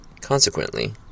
Consequently